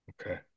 Okay